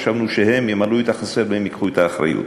חשבנו שהם ימלאו את החסר והם ייקחו את האחריות.